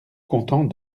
contents